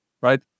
right